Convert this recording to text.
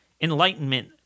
enlightenment